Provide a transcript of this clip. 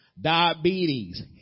diabetes